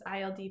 ILD